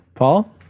Paul